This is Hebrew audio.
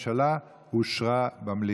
המיוחדת לתיקונים בחוק-יסוד: הממשלה אושרה במליאה.